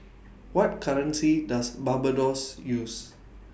What currency Does Barbados use